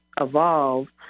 evolve